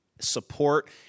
support